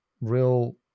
real